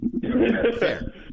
Fair